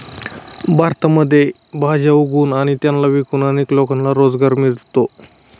भारतामध्ये भाज्या उगवून आणि त्यांना विकून अनेक लोकांना रोजगार मिळतो